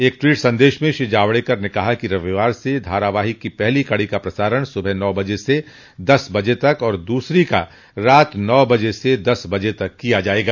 एक ट्वीट संदेश में श्री जावड़ेकर ने कहा कि रविवार से धारावाहिक की पहली कड़ी का प्रसारण सुबह नौ बजे से दस बजे तक और दूसरी का रात नौ बजे से दस बजे तक किया जाएगा